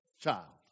child